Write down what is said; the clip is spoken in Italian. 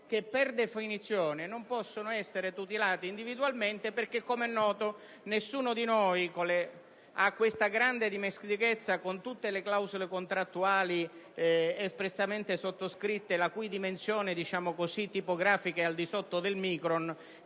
che, per definizione, non possono essere tutelati individualmente. Come è noto, infatti, nessuno di noi ha questa grande dimestichezza con tutte le clausole contrattuali espressamente sottoscritte, la cui dimensione tipografica è al di sotto del micron,